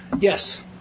Yes